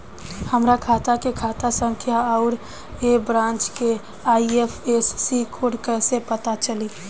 हमार खाता के खाता संख्या आउर ए ब्रांच के आई.एफ.एस.सी कोड कैसे पता चली?